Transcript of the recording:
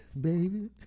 baby